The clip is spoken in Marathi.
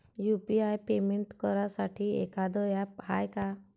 यू.पी.आय पेमेंट करासाठी एखांद ॲप हाय का?